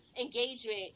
engagement